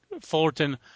Fullerton